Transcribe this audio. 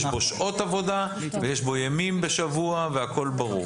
יש בו שעות עבודה ויש בו ימים בשבוע והכול ברור.